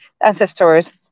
ancestors